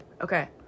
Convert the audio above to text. Okay